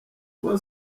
myr